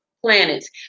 planets